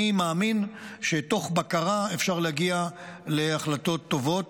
אני מאמין שמתוך בקרה אפשר להגיע להחלטות טובות.